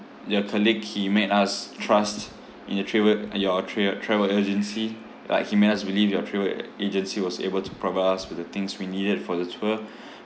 your colleague he made us trust in the travel uh your trael~ travel agency like he made us believe your travel agency was able to provide us with the things we needed for the tour